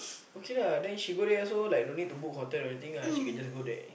okay lah then she go there also like don't need to book hotel or anything lah she can just go there